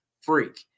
freak